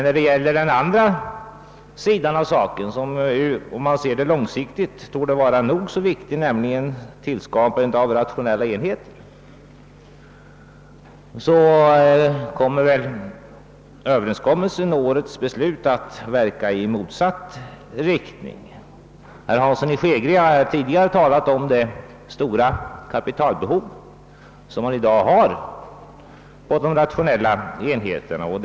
Vad beträffar den andra sidan av saken, som på lång sikt torde vara nog så viktig, nämligen skapandet av rationella enheter, kommer väl överenskommelsen i år att verka i motsatt riktning. Herr Hansson i Skegrie har här tidigare talat om det stora kapital som de rationella enheterna kräver.